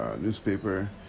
newspaper